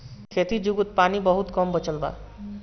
खेती जुगुत पानी बहुत कम बचल बा